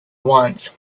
once